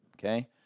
Okay